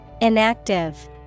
Inactive